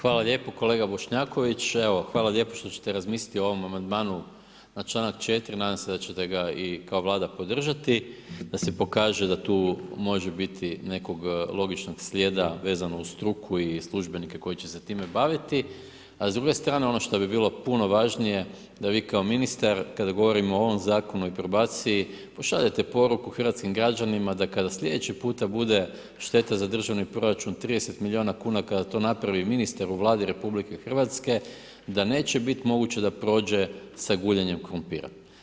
Hvala lijepo kolega Bošnjaković, hvala lijepo što ćete razmisliti o ovom amandmanu na članak 4. nadam se da ćete ga kao Vlada i podržati, da se pokaže da tu može biti nekog logičnog slijeda, vezano uz struku i službenike koji će se time baviti, a s druge strane ono što bi bilo puno važnije, da vi kao ministar kada govorimo o ovom zakonu i probaciji pošaljete poruku hrvatskim građanima da kada sljedeći puta bude šteta za državni proračun 30 milijuna kuna, da kada to napravi ministar u Vladi Republike Hrvatske, da neće biti moguće da prođe sa guljenjem krumpira.